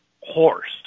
horse